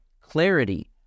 clarity